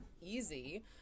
easy